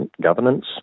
governance